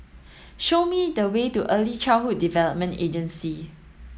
show me the way to Early Childhood Development Agency